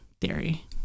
theory